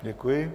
Děkuji.